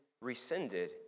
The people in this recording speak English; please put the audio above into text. rescinded